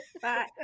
bye